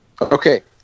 Okay